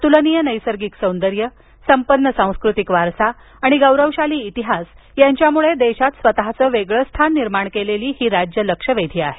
अत्लनीय नैसर्गिक सौंदर्य संपन्न सांस्कृतिक वारसा आणि गौरवशाली इतिहास यांच्यामुळे देशात स्वतःचे वेगळे स्थान निर्माण केलेली ही राज्यं लक्षवेधी आहेत